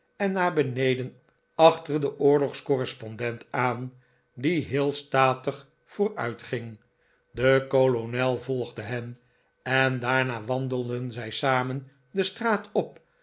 en naar beneden achter den oorlogscorrespondent aan die heel statig vooruitging de kolonel volgde hen en daarna wandelden zij samen de straat op